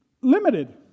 limited